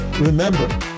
Remember